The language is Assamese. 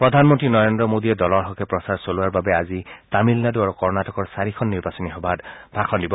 প্ৰধানমন্ত্ৰী নৰেন্দ্ৰ মৌদীয়ে দলৰ হ'কে প্ৰচাৰ চলোৱাৰ বাবে আজি তামিলনাডু আৰু কৰ্ণাটকৰ চাৰিখন নিৰ্বাচনী সভাত ভাষণ দিব